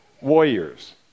warriors